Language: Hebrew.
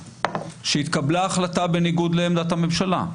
שהתקבלה החלטה בניגוד לעמדת הממשלה.